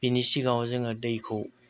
बिनि सिगाङाव जोङो दैखौ